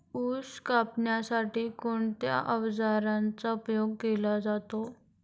ऊस कापण्यासाठी कोणत्या अवजारांचा उपयोग केला जातो?